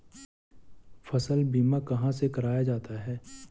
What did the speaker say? फसल बीमा कहाँ से कराया जाता है?